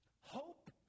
hope